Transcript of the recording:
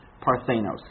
parthenos